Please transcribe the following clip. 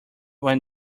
where